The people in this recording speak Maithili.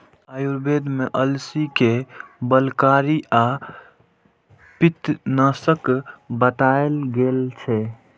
आयुर्वेद मे अलसी कें बलकारी आ पित्तनाशक बताएल गेल छै